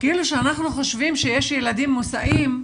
כאילו שאנחנו חושבים שיש ילדים מוסעים,